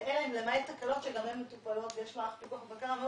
ואלא אם למעט תקלות שגם הן מטופלות ויש מערך פיקוח ובקרה.